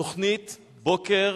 תוכנית בוקר